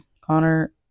Connor